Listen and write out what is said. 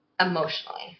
emotionally